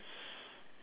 really